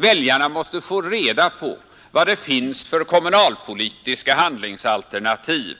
Väljarna måste få reda på vad det finns för kommunalpolitiska handlingsalternativ